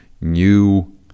new